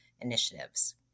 initiatives